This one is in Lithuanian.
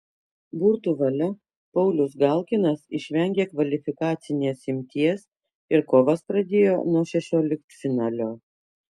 burtų valia paulius galkinas išvengė kvalifikacinės imties ir kovas pradėjo nuo šešioliktfinalio